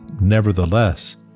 Nevertheless